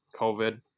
covid